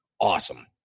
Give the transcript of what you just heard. awesome